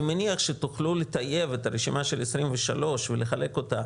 אני מניח שתוכלו לטייב את הרשימה של ה-23 ולחלק אותה